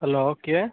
hello କିଏ